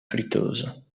friteuse